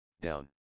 down